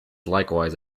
likewise